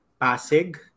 Pasig